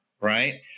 right